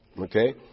Okay